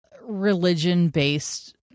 religion-based